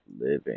living